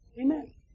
Amen